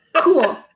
cool